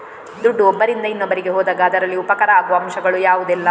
ದುಡ್ಡು ಒಬ್ಬರಿಂದ ಇನ್ನೊಬ್ಬರಿಗೆ ಹೋದಾಗ ಅದರಲ್ಲಿ ಉಪಕಾರ ಆಗುವ ಅಂಶಗಳು ಯಾವುದೆಲ್ಲ?